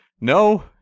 No